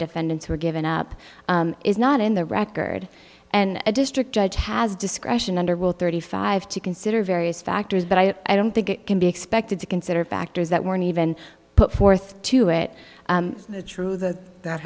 defendants were given up is not in the record and a district judge has discretion under will thirty five to consider various factors but i i don't think it can be expected to consider factors that weren't even put forth to it true that that